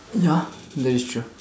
ya that is true